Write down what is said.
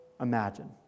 imagine